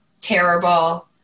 terrible